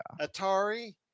Atari